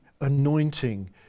anointing